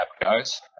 guys